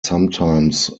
sometimes